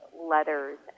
letters